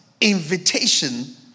invitation